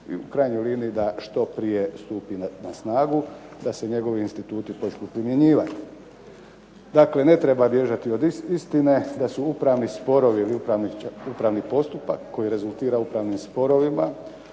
i u krajnjoj liniji da što prije stupi na snagu da se njegovi instituti počnu primjenjivati. Dakle, ne treba bježati od istine da su upravni sporovi ili upravni postupak koji rezultira upravnim sporovima